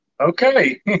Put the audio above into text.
okay